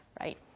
right